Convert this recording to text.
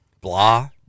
blah